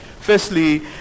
Firstly